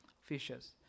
fishes